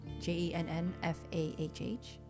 J-E-N-N-F-A-H-H